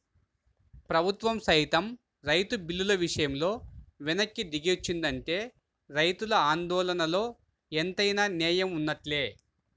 ప్రభుత్వం సైతం రైతు బిల్లుల విషయంలో వెనక్కి దిగొచ్చిందంటే రైతుల ఆందోళనలో ఎంతైనా నేయం వున్నట్లే